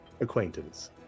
acquaintance